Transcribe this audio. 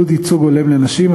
עידוד ייצוג הולם לנשים),